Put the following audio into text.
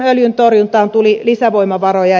öljyntorjuntaan tuli lisävoimavaroja